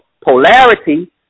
polarity